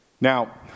Now